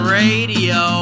radio